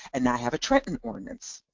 and i have a trenton ordinance.